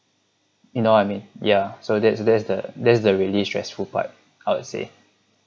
you know what I mean ya so that's that's the that's the really stressful part I would say